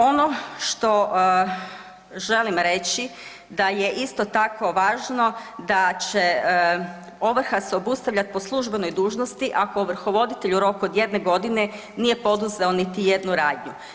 Ono što želim reći da je isto tako važno, da će ovrha se obustavljat po službenoj dužnosti ako ovrhovoditelj u roku od jedne godine nije poduzeo niti jednu radnju.